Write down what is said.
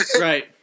Right